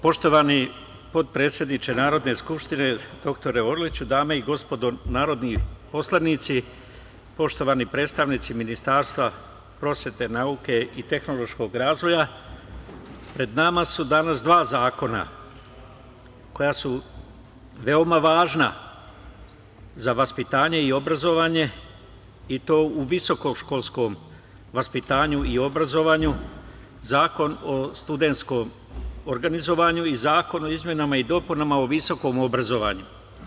Poštovani potpredsedniče Narodne skupštine dr Orliću, dame i gospodo narodni poslanici, poštovani predstavnici Ministarstva prosvete, nauke i tehnološkog razvoja, pred nama su danas dva zakona, koja su veoma važna za vaspitanje i obrazovanje, i to u visokoškolskom vaspitanju i obrazovanju – Zakon o studenskom organizovanju i Predlog zakona o izmenama i dopunama Zakona o visokom obrazovanju.